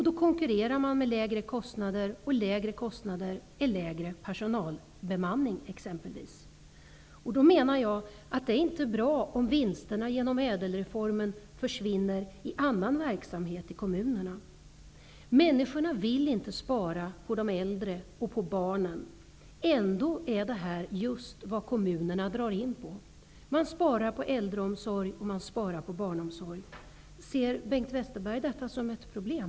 Då konkurrerar man med lägre kostnader, och lägre kostnader innebär exempelvis sämre bemanning. Det är inte bra om de vinster man gjort genom ÄDEL-reformen försvinner i annan verksamhet i kommunerna. Människorna vill inte spara på områden som rör de äldre och barnen. Ändå drar kommunerna in på just dessa områden. Man sparar på äldreomsorg, och man sparar på barnomsorg. Ser Bengt Westerberg detta som ett problem?